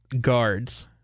Guards